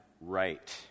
right